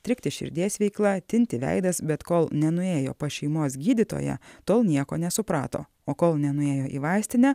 trikti širdies veikla tinti veidas bet kol nenuėjo pas šeimos gydytoją tol nieko nesuprato o kol nenuėjo į vaistinę